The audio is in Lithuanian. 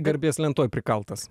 garbės lentoj prikaltas